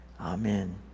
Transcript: Amen